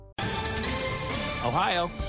Ohio